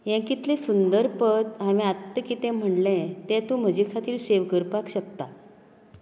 हें कितलें सुंदर पद हांवें आत्तां कितें म्हणलें तें तूं म्हजे खातीर सेव करपाक शकता